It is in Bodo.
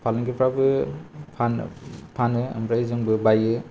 फालांगिफ्राबो फान फानो आमफ्राय जोंबो बायो